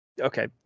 okay